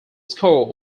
score